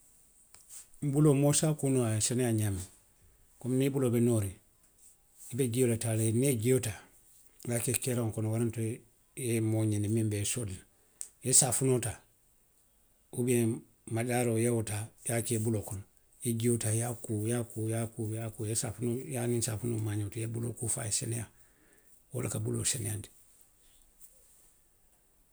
I buloo moo se a kuu noo a ye seneyaa ňaamiŋ, komi niŋ i buloo be nooriŋ, i be jio le taa la. Niŋ i ye jio taa, i ye a ke keeraŋo to waranto i ye moo ňiniŋ miŋ be i sooli la. I ye saafinoo taa, ubiyeŋ madaaroo i ye wo taa i ye a ke i buloo kono, i ye jio taa i ye a kuu. i ye a kuu, i ye a kuu, i ye a kuu. i ye saafinoo, i ye a niŋ saafinoo maa ňonti, i ye i buloo kuu fo a ye seneyaa. Wo le ka buloo seneyaandi.